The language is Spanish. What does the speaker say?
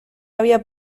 había